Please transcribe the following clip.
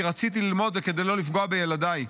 כי רציתי ללמוד וכדי לא לפגוע בילדיי.